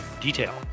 detail